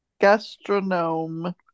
Gastronome